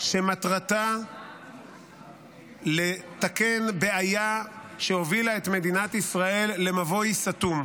שמטרתה לתקן בעיה שהובילה את מדינת ישראל למבוי סתום.